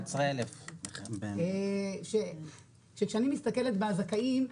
11,000. כאשר אני מסתכלת על הזכאים,